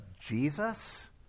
Jesus